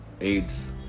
Aids